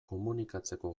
komunikatzeko